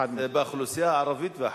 זה באוכלוסייה הערבית והחרדית.